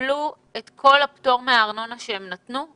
קיבלו את כל הפטור מהארנונה שהן נתנו?